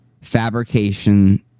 fabrication